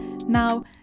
Now